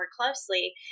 closely